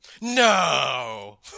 No